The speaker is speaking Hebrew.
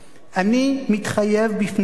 "אני מתחייב בפניכן